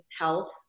health